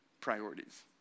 priorities